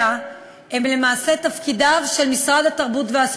הממשלה תעביר בלעדיכם.